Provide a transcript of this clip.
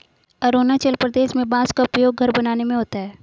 अरुणाचल प्रदेश में बांस का उपयोग घर बनाने में होता है